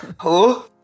Hello